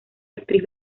actriz